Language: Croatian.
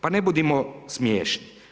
Pa ne budimo smiješni.